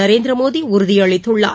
நரேந்திர மோடி உறுதியளித்துள்ளார்